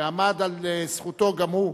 שעמד על זכותו גם הוא.